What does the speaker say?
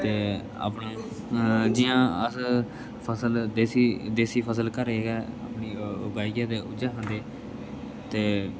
ते अपना जियां अस फसल देसी देसी फसल घरै गै अपनी उगाइयै ते उ'ऐ खंदे ते